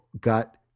got